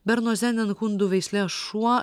berno zenenhundų veislės šuo